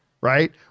right